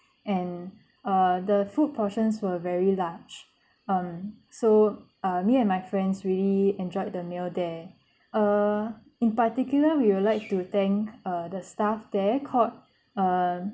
and uh the food portions were very large um so uh me and my friends really enjoyed the meal there err in particular we would like to thank err the staff there called err